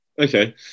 Okay